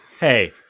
Hey